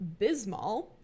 bismol